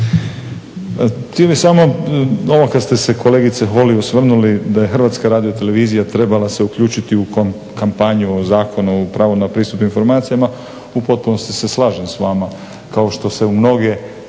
Hrvatska radiotelevizija trebala se uključiti u kampanju o Zakonu o pravu na pristup informacijama u potpunosti se slažem s vama kao što se u mnoge